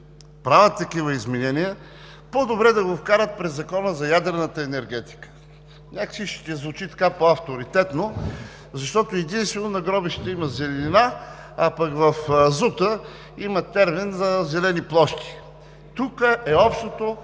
правят такива изменения, по-добре да го вкарат през Закона за ядрената енергетика. Някак си ще звучи по-авторитетно, защото единствено на гробищата има зеленина, а пък в ЗУТ-а има термин за „зелени площи“. Тук е общото